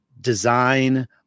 design